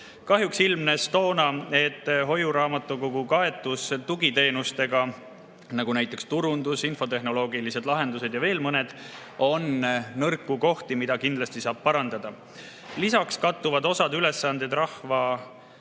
Kahjuks ilmnes toona, et hoiuraamatukogu kaetuses tugiteenustega, näiteks turundus, infotehnoloogilised lahendused ja veel mõned [teenused], on nõrku kohti, mida kindlasti saab parandada. Lisaks kattub osa ülesandeid